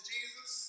Jesus